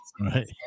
Right